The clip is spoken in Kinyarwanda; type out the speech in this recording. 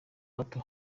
bato